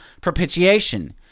propitiation